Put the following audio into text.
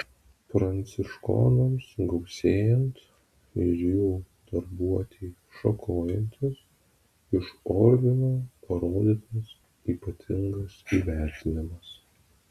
pranciškonams gausėjant ir jų darbuotei šakojantis iš ordino parodytas ypatingas įvertinimas